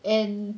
and